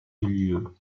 lieu